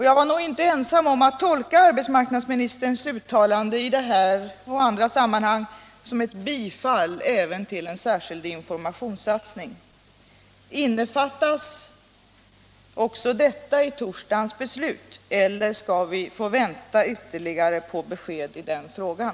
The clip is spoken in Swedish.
Jag var nog inte ensam om att tolka arbetsmarknadsministerns uttalande i detta och andra sammanhang som ett bifall även till en särskild informationssatsning. Innefattas också detta i torsdagens beslut, eller skall vi få vänta ytterligare på besked i den frågan?